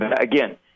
Again